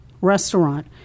restaurant